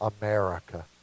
America